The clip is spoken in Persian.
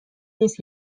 نیست